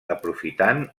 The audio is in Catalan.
aprofitant